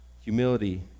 humility